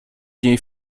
dzieje